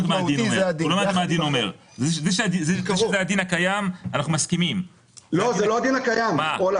בואו ניקח את המקרה הפשוט שבו קרן הון סיכון משקיעה בסטארט אפ,